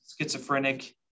schizophrenic